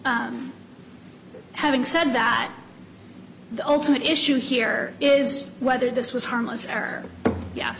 having said that the ultimate issue here is whether this was harmless error ye